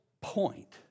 point